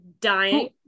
dying